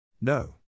No